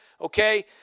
okay